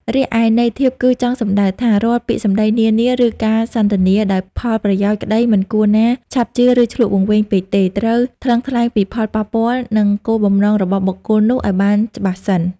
រីឯន័យធៀបគឺចង់សំដៅថា រាល់ពាក្យសម្តីនានា ឬការសន្ទនាដោយផលប្រយោជន៍ក្តីមិនគួរណាឆាប់ជឿឬឈ្លក់វង្វេងពេកទេ ត្រូវ ថ្លឹងថ្លែងពីផលប៉ះពាល់និងគោលបំណងរបស់បុគ្គលនោះឲ្យបានច្បាស់សិន។